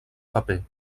paper